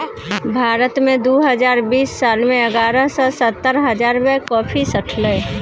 भारत मे दु हजार बीस साल मे एगारह सय सत्तर हजार बैग कॉफी सठलै